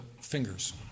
fingers